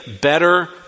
better